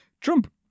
Trump